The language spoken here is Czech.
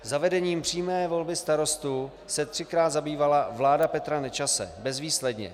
Zavedením přímé volby starostů se třikrát zabývala vláda Petra Nečase bezvýsledně.